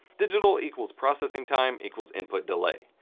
digital equals processing time equals input delay.